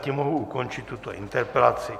Tím mohu ukončit tuto interpelaci.